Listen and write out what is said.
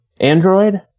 Android